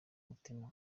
mutima